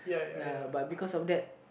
ya but because of that